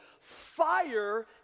Fire